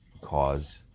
cause